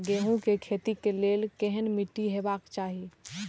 गेहूं के खेतीक लेल केहन मीट्टी हेबाक चाही?